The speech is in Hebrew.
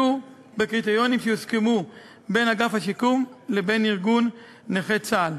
בקריטריונים שיוסכמו בין אגף השיקום לבין ארגון נכי צה"ל.